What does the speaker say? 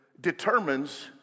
determines